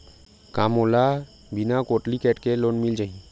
का मोला बिना कौंटलीकेट के लोन मिल जाही?